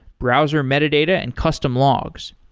browser metadata and custom logs.